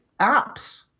apps